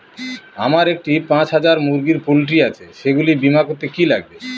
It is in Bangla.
আমার একটি পাঁচ হাজার মুরগির পোলট্রি আছে সেগুলি বীমা করতে কি লাগবে?